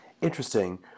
Interesting